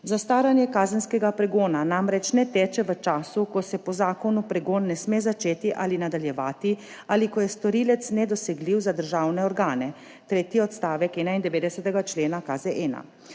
»Zastaranje kazenskega pregona ne teče v času, ko se po zakonu pregon ne sme začeti ali nadaljevati ali ko je storilec nedosegljiv za državne organe,« tretji odstavek 91. člena KZ.